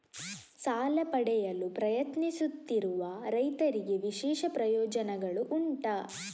ಸಾಲ ಪಡೆಯಲು ಪ್ರಯತ್ನಿಸುತ್ತಿರುವ ರೈತರಿಗೆ ವಿಶೇಷ ಪ್ರಯೋಜನೆಗಳು ಉಂಟಾ?